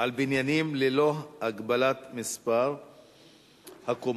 על בניינים ללא הגבלת מספר הקומות).